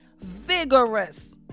vigorous